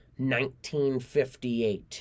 1958